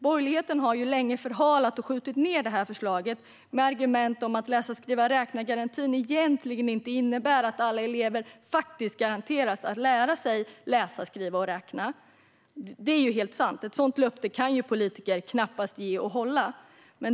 Borgerligheten har länge förhalat och skjutit ned detta förslag, med argument som att läsa-skriva-räkna-garantin egentligen inte innebär att alla elever faktiskt garanteras att lära sig läsa, skriva och räkna. Det är helt sant. Ett sådant löfte kan politiker knappast ge och hålla.